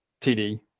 TD